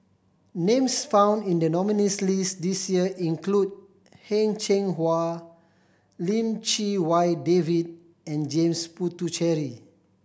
names found in the nominees' list this year include Heng Cheng Hwa Lim Chee Wai David and James Puthucheary